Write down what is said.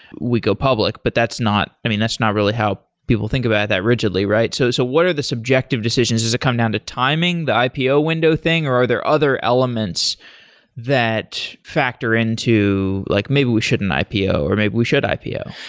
we go public, but that's not that's not really how people think about it that rigidly, right? so so what are the subjective decisions? does it come down to timing? the ipo window thing or are there other elements that factor into like maybe we shouldn't ipo or maybe we should ipo.